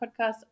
podcast